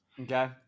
Okay